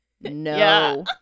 No